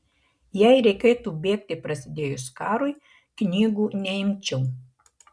jei reikėtų bėgti prasidėjus karui knygų neimčiau